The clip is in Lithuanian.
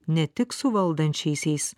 ne tik su valdančiaisiais